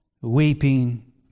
weeping